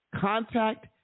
contact